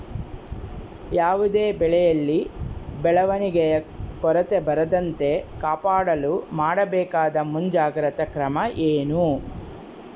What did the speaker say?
ಯಾವುದೇ ಬೆಳೆಯಲ್ಲಿ ಬೆಳವಣಿಗೆಯ ಕೊರತೆ ಬರದಂತೆ ಕಾಪಾಡಲು ಮಾಡಬೇಕಾದ ಮುಂಜಾಗ್ರತಾ ಕ್ರಮ ಏನು?